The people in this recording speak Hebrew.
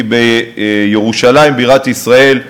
כי בירושלים בירת ישראל,